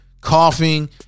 coughing